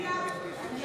לא